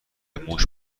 موش